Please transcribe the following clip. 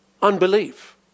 Unbelief